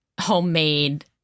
homemade